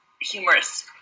humorous